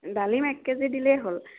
ডালিম এক কেজি দিলেই হ'ল